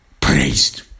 praised